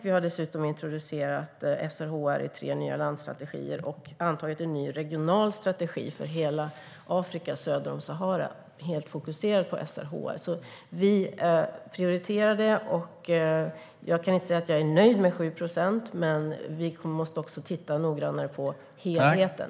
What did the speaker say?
Vi har dessutom introducerat SRHR i tre nya landstrategier och antagit en ny regional strategi för hela Afrika söder om Sahara, helt fokuserad på SRHR. Vi prioriterar alltså detta. Jag kan inte säga att jag är nöjd med 7 procent, men vi måste också titta noggrannare på helheten.